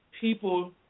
people